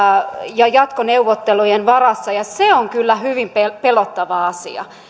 ja jatkoneuvottelujen varassa ja se on kyllä hyvin pelottava asia